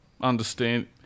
Understand